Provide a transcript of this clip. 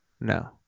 No